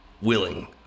willing